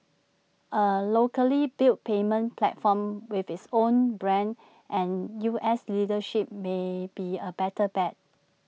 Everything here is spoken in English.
A locally built payments platform with its own brand and U S leadership may be A better bet